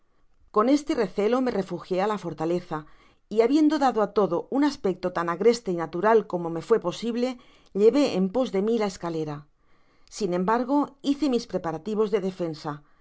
con este recelo me refugié á la fortaleza y habiendo dado á todo un aspecto tan agreste y natural como me fué posible llevé en pos de mí la escalera sin embargo hice mis preparativos de defensa